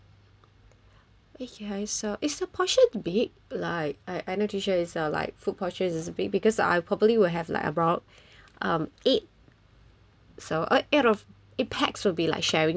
okay can I is the portion big like I I'm not too sure is like food portion is big because I probably will have like about um eight so eight of eight pax will be like sharing